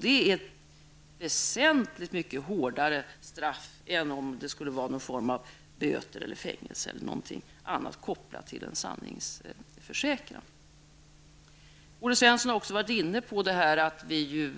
Det är ett väsentligt mycket hårdare straff än om det skulle vara någon form av böter, fängelse eller någonting annat kopplat till en sanningsförsäkran. Olle Svensson har också varit inne på förhållandet att vi